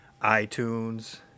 itunes